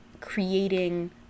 creating